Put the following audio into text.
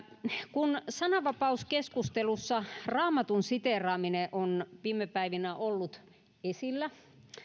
kun sananvapauskeskustelussa raamatun siteeraaminen on viime päivinä ollut esillä